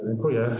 Dziękuję.